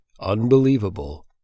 unbelievable